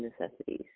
necessities